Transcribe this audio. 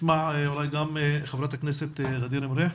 נשמע אולי גם את חברת הכנסת ע'דיר מריח.